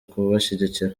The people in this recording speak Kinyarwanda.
kubashyigikira